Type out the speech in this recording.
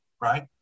right